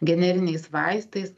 generiniais vaistais